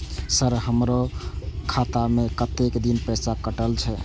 Sir हमारो खाता में कतेक दिन पैसा कटल छे?